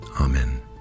Amen